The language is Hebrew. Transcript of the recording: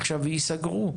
עכשיו, הם ייסגרו.